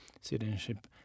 citizenship